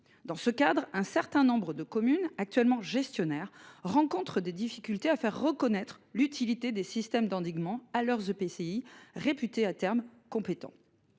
dans ce cadre un certain nombre de communes actuellement gestionnaire rencontrent des difficultés à faire reconnaître l'utilité des systèmes d'endiguement à leurs EPCI réputé à terme compétents.